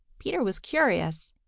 peter was curious.